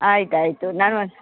ಆಯಿತಾಯ್ತು ನಾನು ಒಂದು